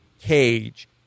cage